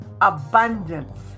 abundance